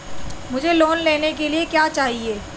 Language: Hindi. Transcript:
मुझे लोन लेने के लिए क्या चाहिए?